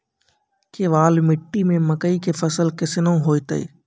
केवाल मिट्टी मे मकई के फ़सल कैसनौ होईतै?